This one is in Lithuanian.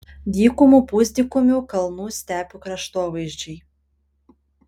dykumų pusdykumių kalnų stepių kraštovaizdžiai